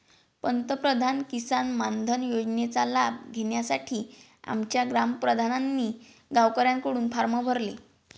पंतप्रधान किसान मानधन योजनेचा लाभ घेण्यासाठी आमच्या ग्राम प्रधानांनी गावकऱ्यांकडून फॉर्म भरले